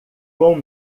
com